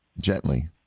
Gently